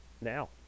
Now